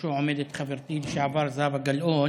שבראשו עומדת חברתי לשעבר זהבה גלאון,